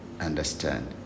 understand